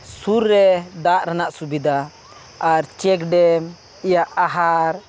ᱥᱩᱨ ᱨᱮ ᱫᱟᱜ ᱨᱮᱱᱟᱜ ᱥᱩᱵᱤᱫᱷᱟ ᱟᱨ ᱪᱮᱠ ᱰᱮᱢ ᱤᱭᱟᱹ ᱟᱦᱟᱨ